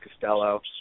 Costello